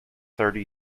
thirty